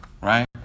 right